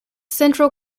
central